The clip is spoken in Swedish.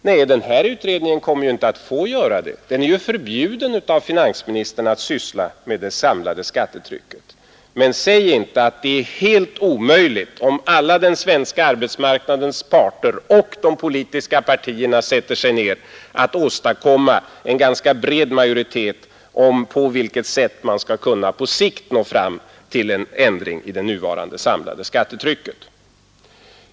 Nej, den här utredningen kommer inte att kunna göra det. Den är förbjuden av finansministern att syssla med det samlade skattetrycket. Men det borde inte vara omöjligt för alla arbetsmarknadens parter och de politiska partierna att gemensamt åstadkomma en bred majoritet kring en lösning av hur man på sikt skall nå fram till en ändring av det nuvarande samlade skattetrycket.